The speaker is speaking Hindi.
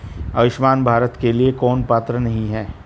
आयुष्मान भारत के लिए कौन पात्र नहीं है?